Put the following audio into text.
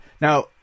Now